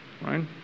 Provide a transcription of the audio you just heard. right